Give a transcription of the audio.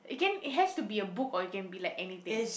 it can it has to be a book or it can be like anything